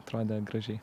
atrodė gražiai